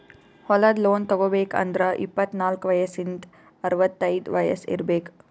ಹೊಲದ್ ಲೋನ್ ತಗೋಬೇಕ್ ಅಂದ್ರ ಇಪ್ಪತ್ನಾಲ್ಕ್ ವಯಸ್ಸಿಂದ್ ಅರವತೈದ್ ವಯಸ್ಸ್ ಇರ್ಬೆಕ್